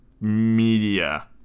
media